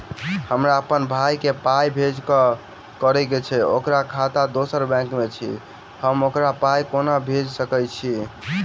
हमरा अप्पन भाई कऽ पाई भेजि कऽ अछि, ओकर खाता दोसर बैंक मे अछि, हम ओकरा पाई कोना भेजि सकय छी?